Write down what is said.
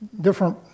different